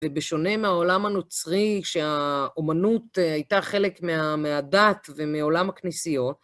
ובשונה מהעולם הנוצרי, שהאומנות הייתה חלק מהדת ומעולם הכנסיות,